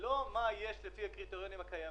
לא את מה שיש לפי הקריטריונים הקיימים,